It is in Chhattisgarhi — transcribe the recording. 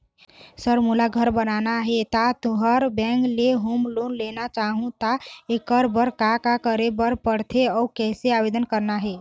सर मोला घर बनाना हे ता तुंहर बैंक ले होम लोन लेना चाहूँ ता एकर बर का का करे बर पड़थे अउ कइसे आवेदन करना हे?